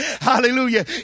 Hallelujah